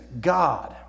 God